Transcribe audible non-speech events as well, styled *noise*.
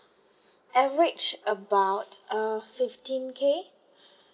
average about uh fifteen K *breath*